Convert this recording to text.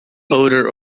odor